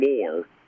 more